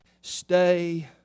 stay